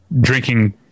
drinking